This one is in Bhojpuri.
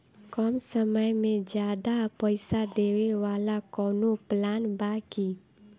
कम समय में ज्यादा पइसा देवे वाला कवनो प्लान बा की?